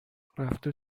رفته